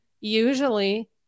Usually